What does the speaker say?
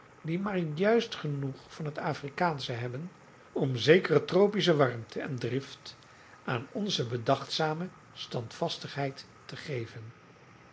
die maar juist genoeg van het afrikaansche hebben om zekere tropische warmte en drift aan onze bedachtzame standvastigheid te geven